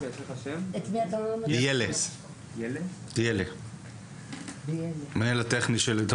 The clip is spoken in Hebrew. עד שאנשי הצוות הטכני יעלו בזום,